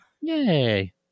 Yay